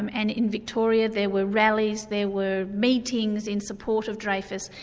um and in victoria there were rallies, there were meetings in support of dreyfus.